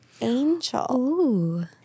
angel